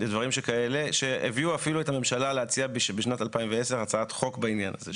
דברים כאלה אפילו הביאו את הממשלה בשנת 2010 להציע הצעת חוק בעניין הזה,